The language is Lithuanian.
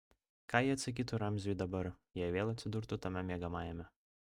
ką ji atsakytų ramziui dabar jei vėl atsidurtų tame miegamajame